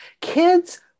Kids